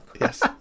Yes